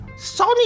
Sony